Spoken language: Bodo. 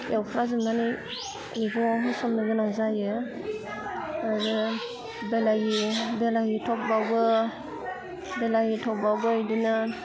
एवख्रा जोबनानै मैगङाव होसननो गोनां जायो आरो बेलाहि बेलाहि थपआवबो बेलाहि थपआवबो बिदिनो